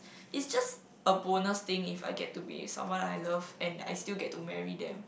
is just a bonus thing if I get to be someone I love and I still get to marry them